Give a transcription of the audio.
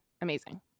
amazing